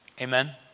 Amen